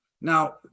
Now